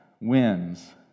wins